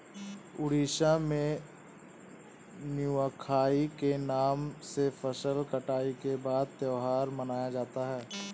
उड़ीसा में नुआखाई के नाम से फसल कटाई के बाद त्योहार मनाया जाता है